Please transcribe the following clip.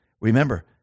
Remember